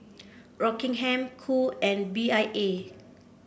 Rockingham Qoo and B I A